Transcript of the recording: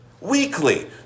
weekly